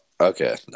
okay